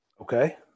Okay